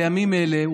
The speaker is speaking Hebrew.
בימים אלה,